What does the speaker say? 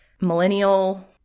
millennial